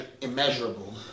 immeasurable